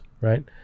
right